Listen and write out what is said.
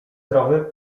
zdrowy